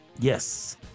Yes